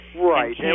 Right